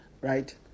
Right